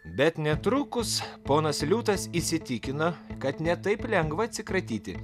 bet netrukus ponas liūtas įsitikino kad ne taip lengva atsikratyti